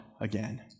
again